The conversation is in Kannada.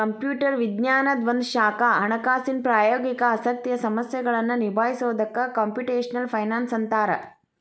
ಕಂಪ್ಯೂಟರ್ ವಿಜ್ಞಾನದ್ ಒಂದ ಶಾಖಾ ಹಣಕಾಸಿನ್ ಪ್ರಾಯೋಗಿಕ ಆಸಕ್ತಿಯ ಸಮಸ್ಯೆಗಳನ್ನ ನಿಭಾಯಿಸೊದಕ್ಕ ಕ್ಂಪುಟೆಷ್ನಲ್ ಫೈನಾನ್ಸ್ ಅಂತ್ತಾರ